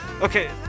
Okay